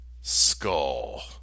skull